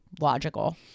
logical